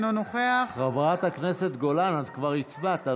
אינו נוכח חברת הכנסת גולן, את כבר הצבעת.